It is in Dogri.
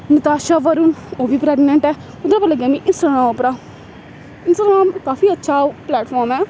नताश वरुण ओह् बी प्रेगनेंट ऐ कुद्धरा पता लग्गेआ मिगी इंस्टाग्राम उप्परा इंस्टाग्राम काफी अच्छा ओह् प्लेटफार्म ऐ